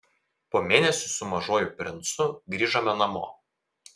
po mėnesio su mažuoju princu grįžome namo